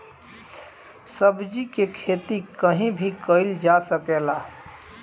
सब्जी के खेती कहीं भी कईल जा सकेला